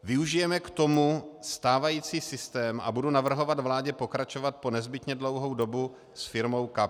Využijeme k tomu stávající systém a budu navrhovat vládě pokračovat po nezbytně dlouhou dobu s firmou Kapsch.